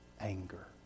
anger